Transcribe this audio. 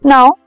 Now